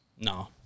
No